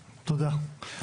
תודה.